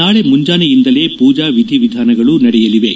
ನಾಳೆ ಮುಂಜಾನೆಯಿಂದಲೇ ಪೂಜಾ ವಿಧಿವಿಧಾನಗಳು ನಡೆಯಲಿವೆ